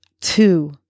two